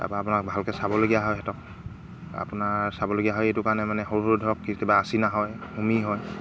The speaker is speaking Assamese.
তাৰপৰা আপোনাৰ ভালকৈ চাবলগীয়া হয় সিহঁতক আপোনাৰ চাবলগীয়া হয় এইটো কাৰণে মানে সৰু সৰু ধৰক কি কিবা আছিনা হয় হুমি হয়